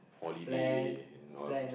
holiday loh